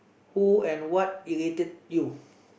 who and what irritate you